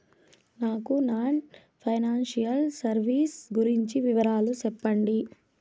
నాకు non financial services గురించి వివరాలు సెప్పండి?